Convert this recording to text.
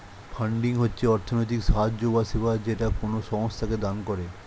funding হচ্ছে অর্থনৈতিক সাহায্য বা সেবা যেটা কোনো সংস্থাকে দান করে